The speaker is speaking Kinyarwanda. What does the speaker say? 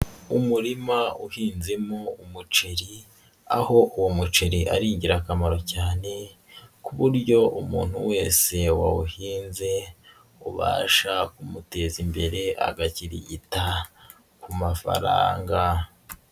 Umurima uhinzemo umuceri, aho uwo muceri ari ingirakamaro cyane ku buryo umuntu wese wawuhinze ubasha kumuteza imbere agakirigita ku mafaranga.